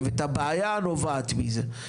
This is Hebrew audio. ואת הבעיה הנובעת מזה?